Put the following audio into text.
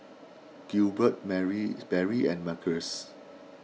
Gilbert Berry and Marques